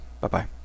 Bye-bye